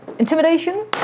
Intimidation